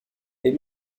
est